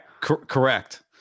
Correct